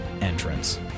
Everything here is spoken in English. entrance